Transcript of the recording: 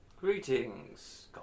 Greetings